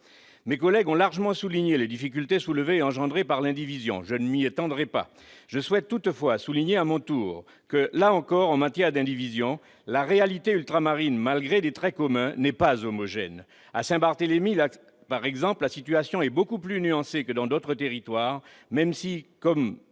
Mes collègues ont largement souligné les difficultés engendrées par l'indivision, je ne m'y étendrai pas. Je souhaite toutefois souligner à mon tour que, en matière d'indivision, la réalité ultramarine, malgré des traits communs, n'est, là encore, pas homogène. À Saint-Barthélemy, par exemple, la situation est beaucoup plus nuancée que dans d'autres territoires, même si, comme